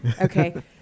Okay